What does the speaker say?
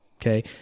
okay